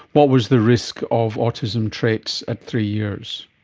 what was the risk of autism traits at three years?